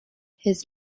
his